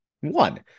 One